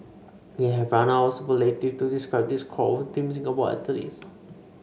we have run out of superlatives to describe this crop of Team Singapore athletes